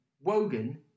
Wogan